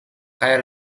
kaj